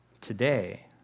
Today